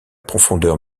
profondeur